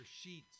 sheets